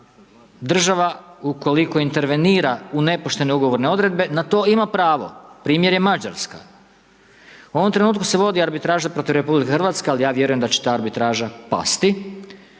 država, ukoliko intervenira u nepoštene ugovorne odredbe, na to ima pravo, primjer je Mađarska. U ovom trenutku se vodi arbitraža protiv RH, al ja vjerujem da će ta arbitraža pasti.